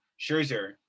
Scherzer